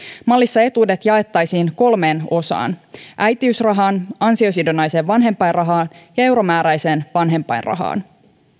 mallissa etuudet jaettaisiin kolmeen osaan äitiysrahaan ansiosidonnaiseen vanhempainrahaan ja euromääräiseen vanhempainrahaan